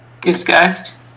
Disgust